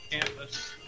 campus